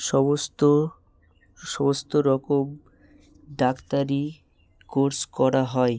সমস্ত সমস্ত রকম ডাক্তারি কোর্স করা হয়